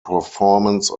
performance